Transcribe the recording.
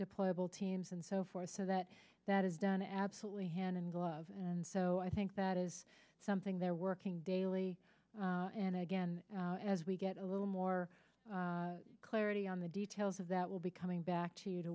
deployable teams and so forth so that that is done absolutely and gloves and so i think that is something they're working daily and again as we get a little more clarity on the details of that will be coming back to you to